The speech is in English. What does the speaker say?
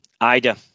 Ida